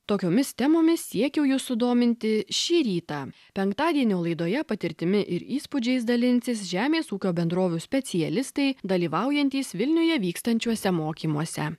tokiomis temomis siekiau jus sudominti šį rytą penktadienio laidoje patirtimi ir įspūdžiais dalinsis žemės ūkio bendrovių specialistai dalyvaujantys vilniuje vykstančiuose mokymuose